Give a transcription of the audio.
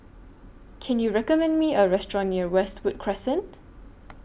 Can YOU recommend Me A Restaurant near Westwood Crescent